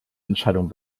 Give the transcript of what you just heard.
entscheidung